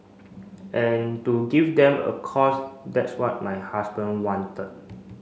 and to give them a cause that's what my husband wanted